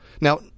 Now